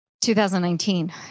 2019